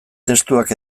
testuak